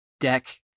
deck